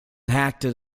acted